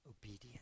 obedient